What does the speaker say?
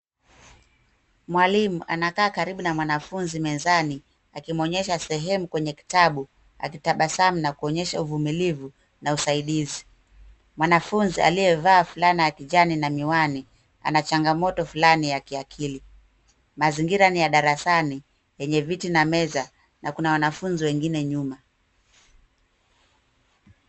Mwalimu anakaa karibu na mwanafunzi mezani akimwonyesha sehemu kwenye kitabu akitabasamu na akionyesha uvumilivu na usaidizi. Mwanafunzi aliyevaa fulana ya kijani na miwani anachangamoto fulani ya kiakili. Mazingira ni ya darasani yenye viti na meza na kuna wanafunzi wengine nyuma.